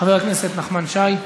חבר הכנסת נחמן שי,